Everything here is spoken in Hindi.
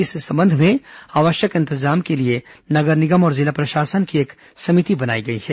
इस संबंध में आवश्यक इंतजाम के लिए नगर निगम और जिला प्रशासन की एक समिति बनाई गई है